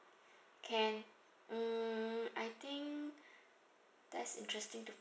can mm I think that's interesting to